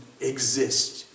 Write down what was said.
exist